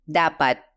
dapat